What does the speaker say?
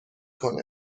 کنه